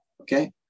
Okay